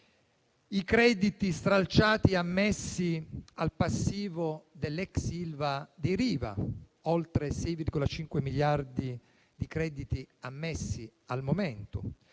i crediti stralciati ammessi al passivo dell'ex Ilva dei Riva (oltre 6,5 miliardi di crediti ammessi al momento),